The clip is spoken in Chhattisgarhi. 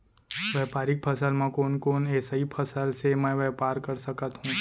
व्यापारिक फसल म कोन कोन एसई फसल से मैं व्यापार कर सकत हो?